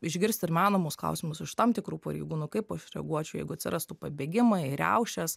išgirsti ir menamus klausimus iš tam tikrų pareigūnų kaip aš reaguočiau jeigu atsirastų pabėgimai riaušės